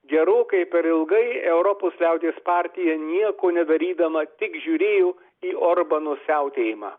gerokai per ilgai europos liaudies partija nieko nedarydama tik žiūrėjo į orbano siautėjimą